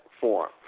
form